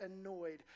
annoyed